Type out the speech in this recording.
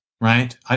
right